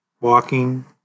walking